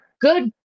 good